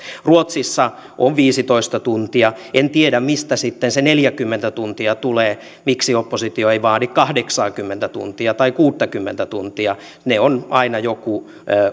ruotsissa on viisitoista tuntia en tiedä mistä sitten se neljäkymmentä tuntia tulee miksi oppositio ei vaadi kahdeksankymmentä tuntia tai kuusikymmentä tuntia se on aina joku